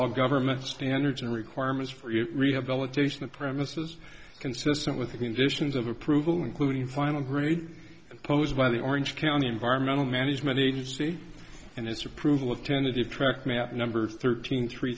all government standards and requirements for rehabilitation of premises consistent with the conditions of approval including final grade posed by the orange county environmental management agency and its approval of tentative track map number thirteen three